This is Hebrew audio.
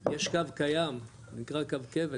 יש קו קיים נקרא כבש,